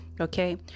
okay